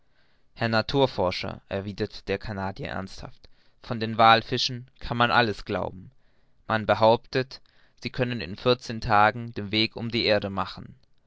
herr naturforscher erwiderte der canadier ernsthaft von den wallfischen kann man alles glauben man behauptet sie könnten in vierzehn tagen den weg um die ganze erde machen